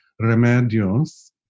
Remedios